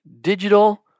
digital